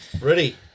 Ready